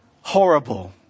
horrible